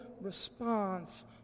response